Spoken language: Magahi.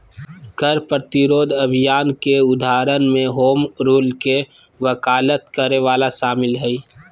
कर प्रतिरोध अभियान के उदाहरण में होम रूल के वकालत करे वला शामिल हइ